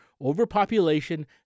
overpopulation